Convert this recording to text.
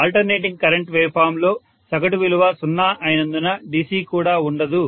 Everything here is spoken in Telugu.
ఆల్టర్నేటింగ్ కరెంట్ వేవ్ ఫామ్ లో సగటు విలువ 0 అయినందున DC కూడా ఉండదు